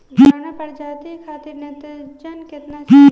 बौना प्रजाति खातिर नेत्रजन केतना चाही?